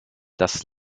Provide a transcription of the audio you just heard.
das